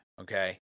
Okay